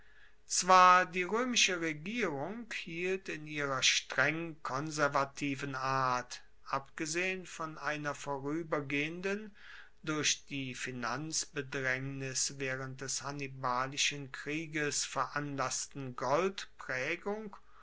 zwar die roemische regierung hielt in ihrer streng konservativen art abgesehen von einer voruebergehenden durch die finanzbedraengnis waehrend des hannibalischen krieges veranlassten